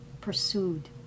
pursued